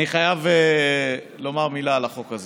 אני חייב לומר מילה על החוק הזה.